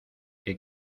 que